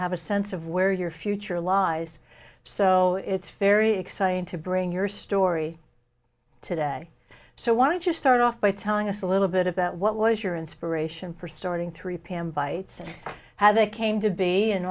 have a sense of where your future lies so it's very exciting to bring your story today so why don't you start off by telling us a little bit about what was your inspiration for starting three pm bites how they came to be and